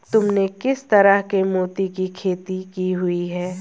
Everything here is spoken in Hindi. तुमने किस तरह के मोती की खेती की हुई है?